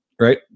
Right